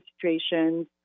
situations